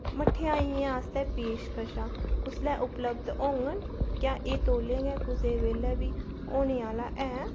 मठेआइयें आस्तै पेशकशां कुसलै उपलब्ध होङन क्या एह् तौले गै कुसै बेल्लै बी होने आह्ला ऐ